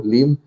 Lim